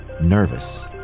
Nervous